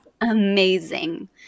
amazing